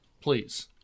Please